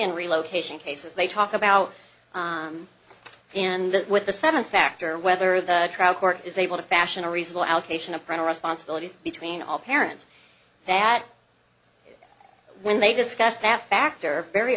in relocation cases they talk about in the with the seven factor whether the trial court is able to fashion a reasonable allocation of parental responsibilities between all parents that when they discuss that factor very